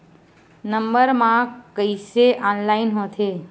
Number मा कइसे online होथे?